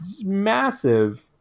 massive